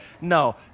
No